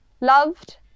Loved